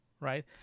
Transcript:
Right